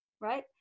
Right